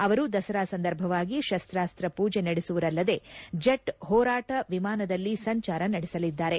ಅವರು ದಸರಾ ಸಂದರ್ಭವಾಗಿ ಶಸ್ತಾಸ್ತ ಪೂಜೆ ನಡೆಸುವರಲ್ಲದೆ ಜೆಟ್ ಹೋರಾಟ ವಿಮಾನದಲ್ಲಿ ಸಂಚಾರ ನಡೆಸಲಿದ್ದಾರೆ